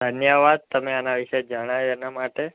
ધન્યવાદ તમે આના વિશે જણાવ્યું એના માટે